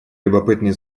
любопытный